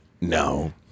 No